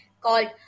called